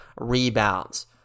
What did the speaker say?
rebounds